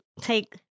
take